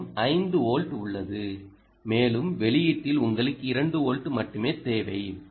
உங்களிடம் 5 வோல்ட் உள்ளது மேலும் வெளியீட்டில் உங்களுக்கு 2 வோல்ட் மட்டுமே தேவை